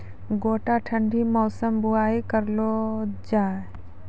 गोटा ठंडी मौसम बुवाई करऽ लो जा?